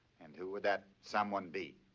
and who would that someone be?